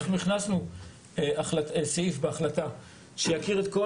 אנחנו הכנסנו סעיף בהחלטה שיכיר את כל